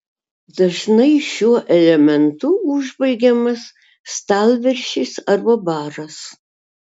dažnai šiuo elementu užbaigiamas stalviršis arba baras